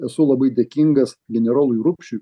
esu labai dėkingas generolui rupšiui